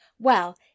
Well